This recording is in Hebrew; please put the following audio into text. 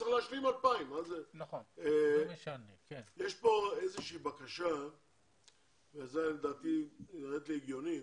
צריך להשלים 2,000. יש פה איזושהי בקשה והיא נראית לי הגיונית,